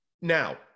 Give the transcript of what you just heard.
Now